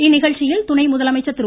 இந்நிகழ்ச்சியில் துணை முதலமைச்சர் திரு